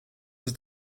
ist